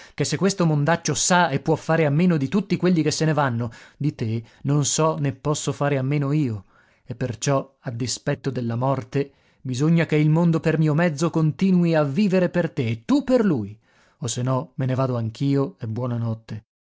che se questo mondaccio sa e può fare a meno di tutti quelli che se ne vanno di te non so né posso fare a meno io e perciò a dispetto della morte bisogna che il mondo per mio mezzo continui a vivere per te e tu per lui o se no me ne vado anch'io e